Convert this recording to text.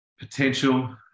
potential